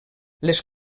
les